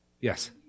Yes